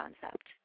concept